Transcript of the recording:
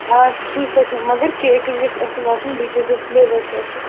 آ ٹھیٖک حظ چھُ مگر کیک حظ گژھِ اَصٕل آسُن بیٚیہِ تھٲیزیوس فٕلیوَر تہٕ اَصٕل